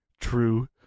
true